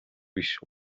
биш